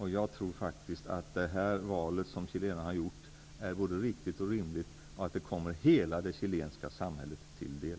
Jag tror att det val som chilenarna har gjort är både riktigt och rimligt och att det kommer hela det chilenska samhället till del.